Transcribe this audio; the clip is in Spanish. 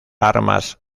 armas